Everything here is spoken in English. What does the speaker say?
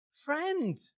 Friend